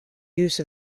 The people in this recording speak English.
use